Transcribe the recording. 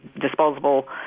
disposable